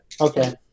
Okay